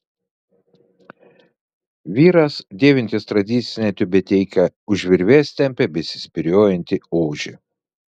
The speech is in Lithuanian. vyras dėvintis tradicinę tiubeteiką už virvės tempia besispyriojantį ožį